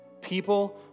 People